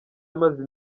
amaze